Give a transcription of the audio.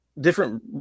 Different